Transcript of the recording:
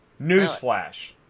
Newsflash